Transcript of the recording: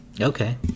Okay